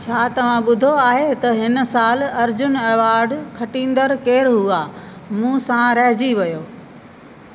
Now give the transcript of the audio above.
छा तव्हां ॿुधो आहे त हिन साल अर्जुन एवार्ड खटिंदड़ केरू हुआ मूं सां रहिजी वियो